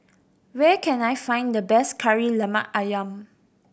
where can I find the best Kari Lemak Ayam